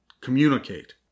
Communicate